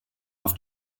auf